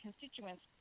constituents